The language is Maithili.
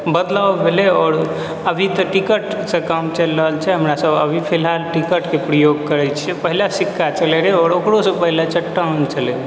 बदलाव भेलै आओर अभी तऽ टिकटसँ काम चलि रहल छै हमरा सब अभी फिलहाल टिकटके प्रयोग करै छियै पहिले सिक्का चलै रहै आओर ओकरोसँ पहिले चट्टान चलै रहै